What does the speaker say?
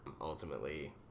ultimately